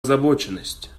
озабоченность